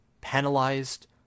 penalized